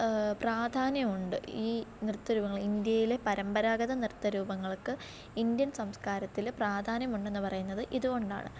പ്രാധാന്യം ഉണ്ട് ഈ നൃത്തരൂപങ്ങൾ ഇന്ത്യയിലെ പരമ്പരാഗത നൃത്തരൂപങ്ങൾക്ക് ഇന്ത്യൻ സംസ്കാരത്തിൽ പ്രാധാന്യം ഉണ്ട് എന്ന് പറയുന്നത് ഇതുകൊണ്ടാണ്